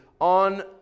on